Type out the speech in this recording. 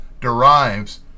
derives